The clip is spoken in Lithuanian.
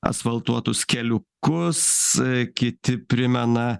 asfaltuotus keliukus kiti primena